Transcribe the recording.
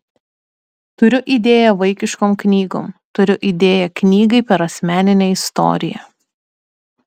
turiu idėją vaikiškom knygom turiu idėją knygai per asmeninę istoriją